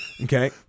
Okay